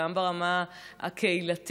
גם ברמה הקהילתית,